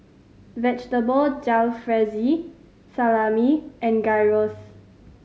Vegetable Jalfrezi Salami and Gyros